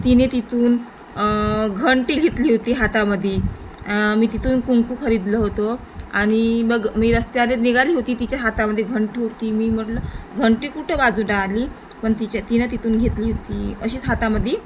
तिने तिथून घंटी घेतली होती हातामध्ये मी तिथून कुंकू खरीदलं होतो आणि मग मी रस्त्याने निघाली होती तिच्या हातामध्ये घंटी होती मी म्हटलं घंटी कुठं बाजूला आली पण तिच्या तिनं तिथून घेतली होती अशीच हातामध्ये